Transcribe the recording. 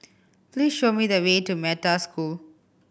please show me the way to Metta School